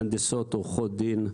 מהנדסות, עורכות דין,